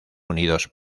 unidos